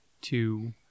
two